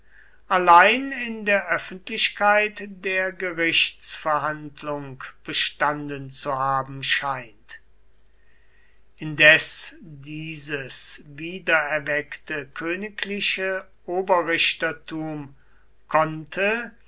allein in der öffentlichkeit der gerichtsverhandlung bestanden zu haben scheint indes dieses wiedererweckte königliche oberrichtertum konnte